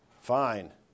fine